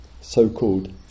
so-called